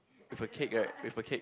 with a cake right with a cake